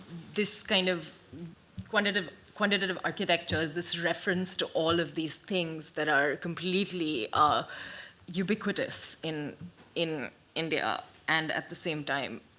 this kind of quantitative quantitative architect ah is this reference to all of these things that are completely ah ubiquitous in in india, and at the same time,